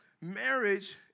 Marriage